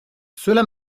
cela